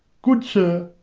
good sir,